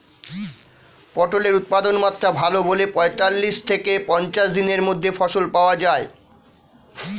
পটলের উৎপাদনমাত্রা ভালো বলে পঁয়তাল্লিশ থেকে পঞ্চাশ দিনের মধ্যে ফসল পাওয়া যায়